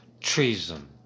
treason